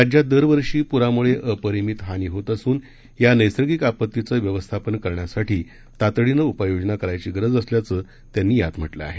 राज्यात दर वर्षी पुरामुळे अपरिमित हानी होत असून या नैसर्गिक आपत्तीचं व्यवस्थापन करण्यासाठी तातडीनं उपाययोजना करायची गरज असल्याचं त्यांनी यात म्हटलं आहे